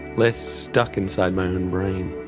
less stuck inside my own brain.